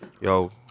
yo